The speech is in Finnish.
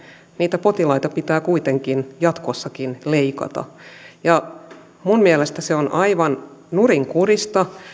niitä potilaita pitää kuitenkin jatkossakin leikata minun mielestäni se on aivan nurinkurista